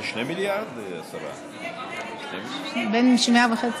אני נגד, והצעתי שזה יהיה כנגד הצבעה.